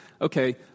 Okay